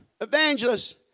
evangelists